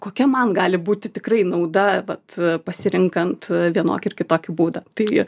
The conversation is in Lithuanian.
kokia man gali būti tikrai nauda vat pasirenkant vienokį ar kitokį būdą tai